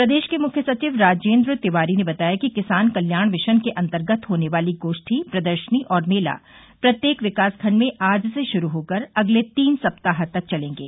प्रदेश के मुख्य सचिव राजेन्द्र तिवारी ने बताया कि किसान कल्याण मिशन के अन्तर्गत होने वाली गोप्ठी प्रदर्शनी और मेला प्रत्येक विकास खंड में आज से शुरू होकर अगले तीन सप्ताह तक चलेंगे